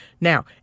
Now